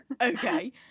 okay